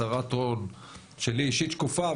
הצהרת הון שלי אישית שקופה,